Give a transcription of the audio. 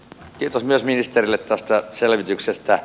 kiitos myös ministerille tästä selvityksestä